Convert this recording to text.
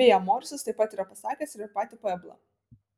beje morisas taip yra pasakęs ir apie patį pueblą